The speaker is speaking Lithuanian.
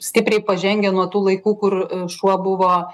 stipriai pažengę nuo tų laikų kur šuo buvo